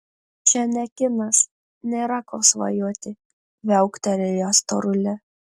čia ne kinas nėra ko svajoti viauktelėjo storulė